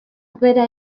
bera